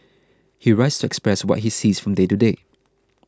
he writes to express what he sees from day to day